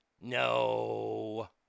No